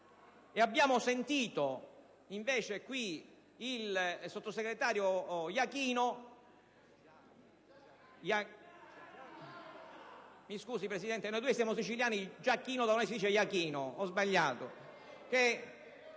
abbiamo sentito invece qui il sottosegretario Jachino.